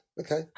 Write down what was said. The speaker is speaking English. Okay